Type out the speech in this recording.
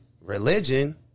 religion